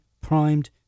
primed